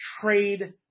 Trade